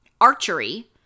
Archery